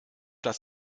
dass